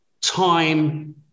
time